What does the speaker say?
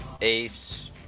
Ace